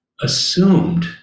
assumed